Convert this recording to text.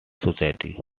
society